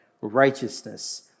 righteousness